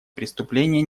преступления